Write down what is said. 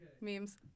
memes